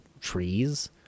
trees